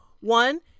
One